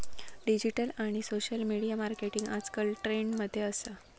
digital आणि social media marketing आजकल trend मध्ये असा